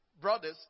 brothers